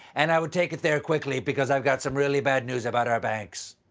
and i would take it there quickly because i've got some really bad news about our bank. so